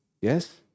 yes